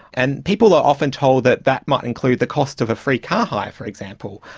and people are often told that that might include the cost of a free car hire, for example,